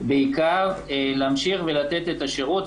בעיקר להמשיך ולתת את השירות,